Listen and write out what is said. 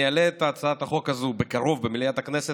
אני אעלה את הצעת החוק הזאת בקרוב במליאת הכנסת.